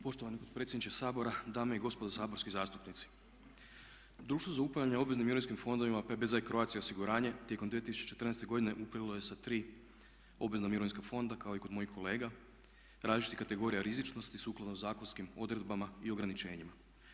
Poštovani potpredsjedniče Sabora, dame i gospodo saborski zastupnici društvo za upravljanje obveznim mirovinskim fondovima PBZ Croatia Osiguranje tijekom 2014. godine … sa 3 obvezna mirovinska fonda kao i kod mojih kolega različitih kategorija rizičnosti sukladno zakonskim odredbama i ograničenjima.